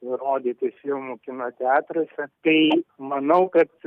rodyti filmų kino teatruose tai manau kad